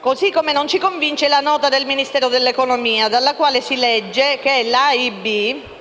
Così come non ci convince la nota del Ministero dell'economia, dalla quale si legge che l'Asian infrastructure investment bank (AIIB),